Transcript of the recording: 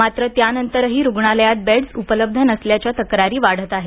मात्र त्यानंतरही रुग्णालयांत बेड्स उपलब्ध नसल्याच्या तक्रारी वाढत आहेत